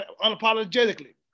unapologetically